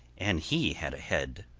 and he had a head,